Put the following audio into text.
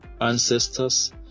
ancestors